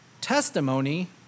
testimony